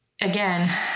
again